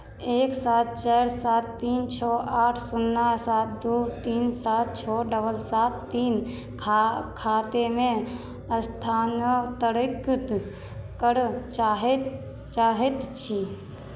एक सात चारि सात तीन छओ आठ शुन्ना सात दू तीन सात छओ डबल सात तीन खा खातेमे स्थानान्तरित करय चाहैत चाहैत छी